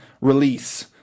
release